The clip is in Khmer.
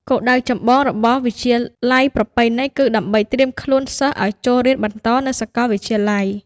គោលដៅចម្បងរបស់វិទ្យាល័យប្រពៃណីគឺដើម្បីត្រៀមខ្លួនសិស្សឱ្យចូលរៀនបន្តនៅសាកលវិទ្យាល័យ។